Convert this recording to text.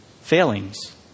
Failings